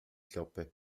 klappe